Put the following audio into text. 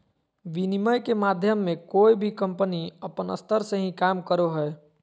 विनिमय के माध्यम मे कोय भी कम्पनी अपन स्तर से ही काम करो हय